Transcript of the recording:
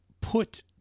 put